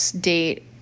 date